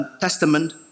Testament